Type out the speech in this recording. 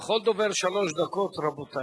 לכל דובר שלוש דקות, רבותי.